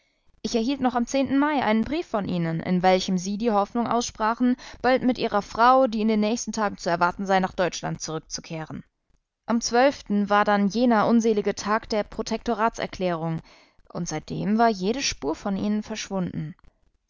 ich erhielt noch am mai einen brief von ihnen in welchem sie die hoffnung aussprachen bald mit ihrer frau die in den nächsten tagen zu erwarten sei nach deutschland zurückzukehren am war dann jener unselige tag der protektoratserklärung und seitdem war jede spur von ihnen verschwunden